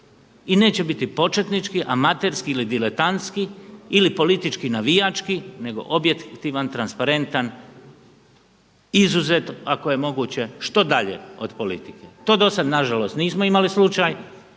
i neće biti početnički, amaterski ili diletantski ili politički, navijački nego objektivan, transparentan, izuzet ako je moguće što dalje od politike. To dosad nažalost nismo imali slučaj